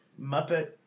Muppet